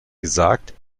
gesagt